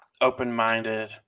open-minded